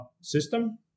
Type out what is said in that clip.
system